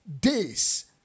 days